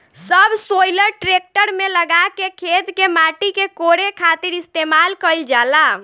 subsoiler tractor में लगा के खेत के माटी के कोड़े खातिर इस्तेमाल कईल जाला